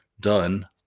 done